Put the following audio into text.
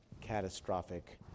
catastrophic